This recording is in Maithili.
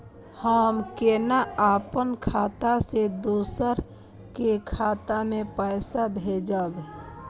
हम केना अपन खाता से दोसर के खाता में पैसा भेजब?